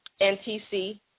NTC